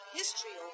history